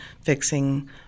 fixing